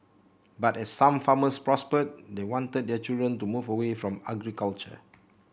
but as some farmers prospered they wanted their children to move away from agriculture